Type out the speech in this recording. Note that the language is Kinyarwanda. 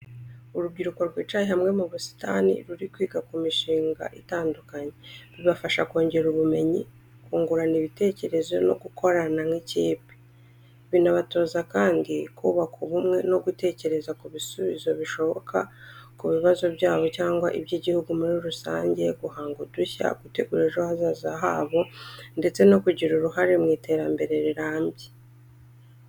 Urubyiruko rwicaye hamwe mu busitani ruri kwiga ku mishinga itandukanye. Bibafasha kongera ubumenyi, kungurana ibitekerezo no gukorana nk'ikipe. Binabatoza kandi kubaka ubumwe, no gutekereza ku bisubizo bishoboka ku bibazo byabo cyangwa iby’igihugu muri rusange, guhanga udushya, gutegura ejo hazaza habo ndetse no kugira uruhare mu iterambere rirambye.